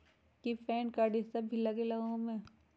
कि PAN card इ सब भी लगेगा वो में?